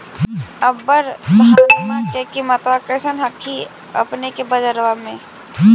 अबर धानमा के किमत्बा कैसन हखिन अपने के बजरबा में?